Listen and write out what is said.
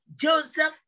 Joseph